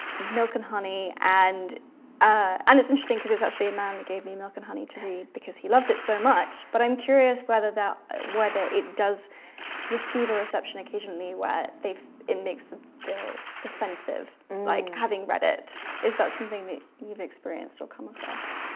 milk, and honey, and ah and it's interesting because it's actually a man that gave me milk and honey to her because he loved it so much but i'm curious whether that whether it does receive a reception occasionally where they've it makes them feel defensive like having read it. is that something that you've experienced will come across